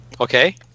Okay